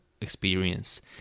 experience